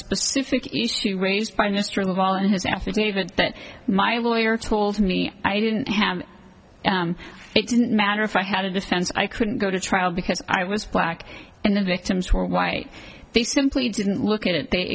specific raised by mr the ball in his affidavit that my lawyer told me i didn't have it didn't matter if i had a defense i couldn't go to trial because i was black and the victims were white they simply didn't look at it they